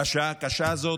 בשעה הקשה הזאת,